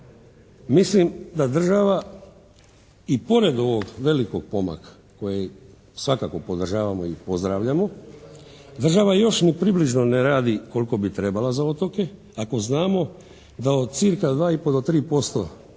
mislim da država i pored ovog velikog pomaka koji svakako podržavamo i pozdravljamo, država još ni približno ne radi koliko bi trebala za otoke ako znamo da od cirka 2 i pol do